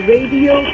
Radio